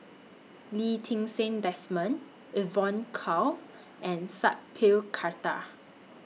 Lee Ti Seng Desmond Evon Kow and Sat Pal Khattar